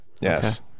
Yes